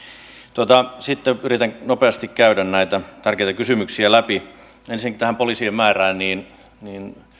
sitten yritän nopeasti käydä näitä tärkeitä kysymyksiä läpi ensinnäkin tähän poliisien määrään